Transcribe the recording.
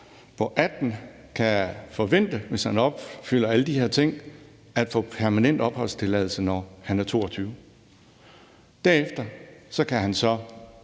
18 år kan forvente, hvis han opfylder alle de her ting, at få permanent opholdstilladelse, når han er 22 år. Derefter kan han så